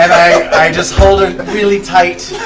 i just hold her really tight,